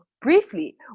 briefly